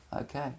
okay